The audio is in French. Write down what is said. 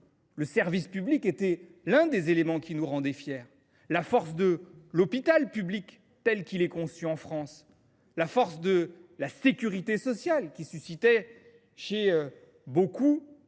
le service public était l’un des éléments qui nous rendaient fiers : la force de l’hôpital public tel qu’il est conçu en France ou celle de la sécurité sociale, qui suscitait chez beaucoup